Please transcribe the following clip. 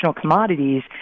commodities